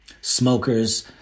smokers